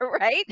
Right